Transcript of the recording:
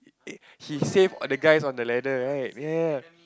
eh he save all the guys on the ladder right ya